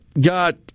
got